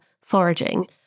foraging